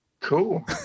Cool